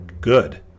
Good